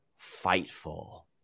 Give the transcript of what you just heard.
Fightful